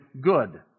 good